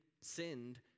sinned